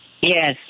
Yes